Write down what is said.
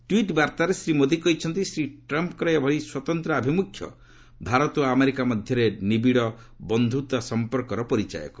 tweet ବାର୍ଭାରେ ଶ୍ରୀ ମୋଦୀ କହିଛନ୍ତି ଶ୍ରୀ ଟ୍ରମ୍ଫ୍ଙ୍କର ଏଭଳି ସ୍ୱତନ୍ତ୍ର ଆଭିମୁଖ୍ୟ ଭାରତ ଓ ଆମେରିକା ମଧ୍ୟରେ ନିବିଡ଼ ବନ୍ଧୁତା ସମ୍ପର୍କର ପରିଚାୟକ